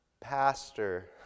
Pastor